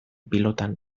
pilotan